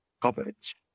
coverage